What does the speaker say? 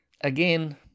again